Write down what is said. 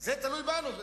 זה תלוי בנו.